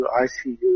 ICU